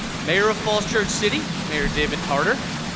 mayor of falls church city mayor david tartar,